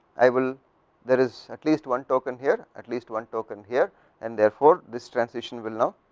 i will there is at least one token here, at least one token here and therefore, this transition will no